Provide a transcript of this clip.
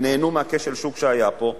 ונהנו מכשל השוק שהיה פה.